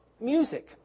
music